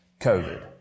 COVID